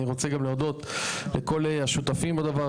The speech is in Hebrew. אני רוצה להודות לכל השותפים בדבר,